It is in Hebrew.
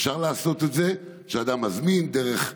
אפשר לעשות את זה כך שאדם מזמין דרך הטלפון: